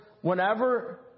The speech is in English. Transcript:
whenever